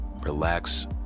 relax